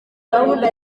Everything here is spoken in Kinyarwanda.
gahunda